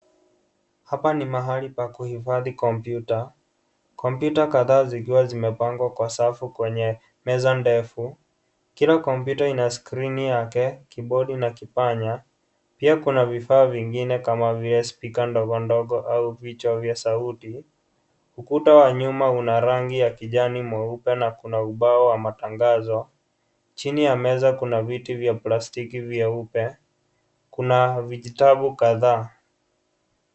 Hapa ni mahali pa kuhifadhi komputa, komputa kadhaa zikiwa zimepangwa kwa safu kwenye meza ndefu. Kila komputa ina skrini yake, bodi na kipanya. Pia kuna vifaa vingine kama vile speaker ndogo ndogo kama vichwa vya saudi. Ukuta wa nyuma una rangi ya kijani meupe na kuna ubao wa tangazo. Chini ya meza kuna viti vya plastiki vyeupe. Kuna vijitabu kadhaa.